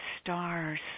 stars